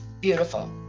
Beautiful